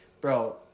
bro